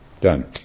done